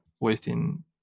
wasting